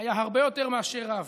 היה הרבה יותר מאשר רב.